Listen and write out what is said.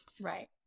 right